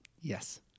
Yes